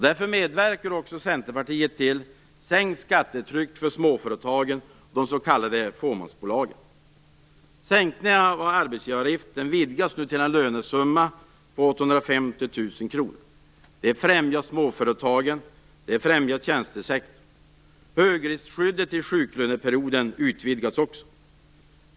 Därför medverkar också Det främjar småföretagen, det främjar tjänstesektorn. Högriskskyddet i sjuklöneperioden utvidgas också.